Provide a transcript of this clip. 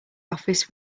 office